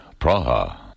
Praha